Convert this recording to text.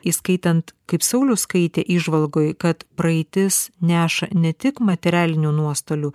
įskaitant kaip saulius skaitė įžvalgoj kad praeitis neša ne tik materialinių nuostolių